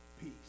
peace